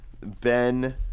Ben